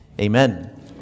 Amen